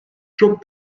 çok